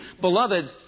Beloved